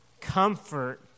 comfort